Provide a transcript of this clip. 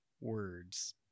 words